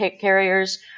carriers